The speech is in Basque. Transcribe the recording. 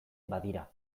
badira